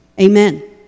Amen